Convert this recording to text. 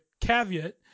caveat